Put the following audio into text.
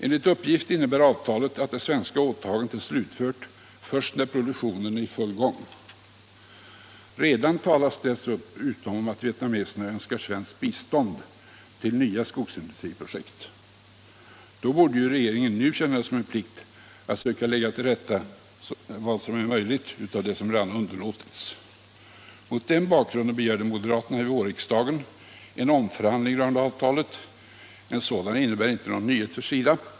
Enligt uppgift innebär avtalet att det svenska åtagandet är utfört först när produktionen är i full gång. Redan talas dessutom om att vietnameserna önskar svenskt bistånd till nya skogsindustriprojekt. Då borde ju regeringen nu känna det som en plikt att söka lägga till rätta så mycket som möjligt av vad som redan underlåtits. Mot den bakgrunden begärde moderaterna vid vårriksdagen en omförhandling. En sådan innebär icke någon nyhet för SIDA.